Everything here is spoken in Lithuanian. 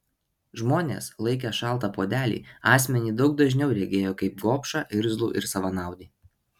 žmonės laikę šaltą puodelį asmenį daug dažniau regėjo kaip gobšą irzlų ir savanaudį